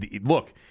look